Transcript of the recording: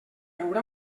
haurà